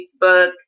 Facebook